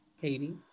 Katie